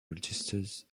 registered